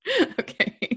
Okay